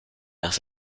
las